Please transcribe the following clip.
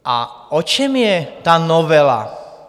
A o čem je ta novela?